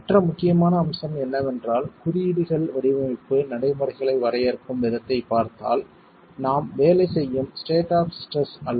மற்ற முக்கியமான அம்சம் என்னவென்றால் குறியீடுகள் வடிவமைப்பு நடைமுறைகளை வரையறுக்கும் விதத்தைப் பார்த்தால் நாம் வேலை செய்யும் ஸ்டேட் ஆப் ஸ்ட்ரெஸ் அல்ல